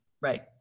Right